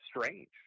strange